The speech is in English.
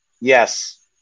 Yes